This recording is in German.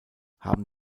haben